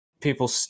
people